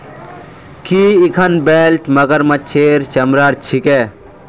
की इखन बेल्ट मगरमच्छेर चमरार छिके